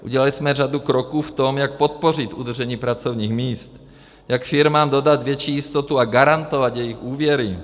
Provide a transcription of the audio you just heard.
Udělali jsme řadu kroků v tom, jak podpořit udržení pracovních míst, jak firmám dodat větší jistotu a garantovat jejich úvěry.